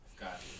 Got